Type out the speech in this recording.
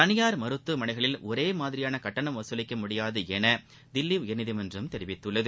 தனியார் மருத்துவமனைகளில் ஒரே மாதிரியான கட்டணம் வசூலிக்க முடியாது என தில்லி உயர்நீதிமன்றம் தெரிவித்துள்ளது